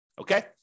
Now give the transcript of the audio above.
Okay